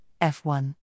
F1